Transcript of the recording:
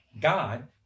God